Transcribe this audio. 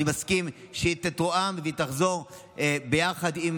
אני מסכים שהיא תתואם ותחזור ביחד עם